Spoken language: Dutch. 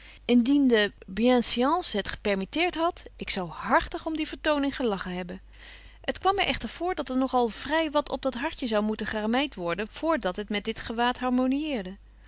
indien de bienseançe het gepermitteert hadt ik zou hartig om die vertoning gelachen hebben het kwam my echter voor dat er nog al vry wat op dat hartje zou moeten gerameit worden voor dat het met dit gewaad